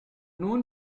nun